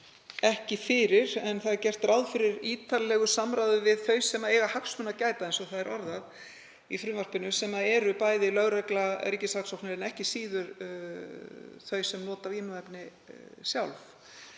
ekki fyrir, en gert er ráð fyrir ítarlegu samráði við þau sem eiga hagsmuna að gæta, eins og það er orðað í frumvarpinu, sem eru lögregla og ríkissaksóknari, en ekki síður þau sem nota vímuefni sjálf.